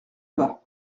bas